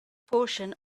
portion